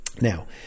Now